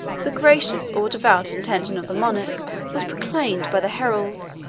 the gracious or devout intention of the monarch was proclaimed by the heralds.